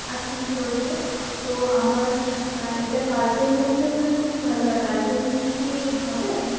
আচ্ছা আমি করে দেবো তো আমার এটা কালকের মধ্যে হলে খুবই ভালো হয় কালকের মধ্যে কি হবে